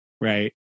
right